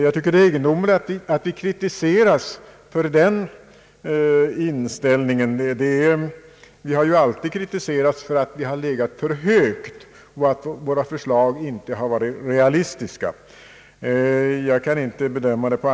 Det är egendomligt att vi kritiseras för den inställningen. Vi har ju alltid kritiserats för att ligga för högt med våra förslag och för att dessa inte skulle vara realistiska.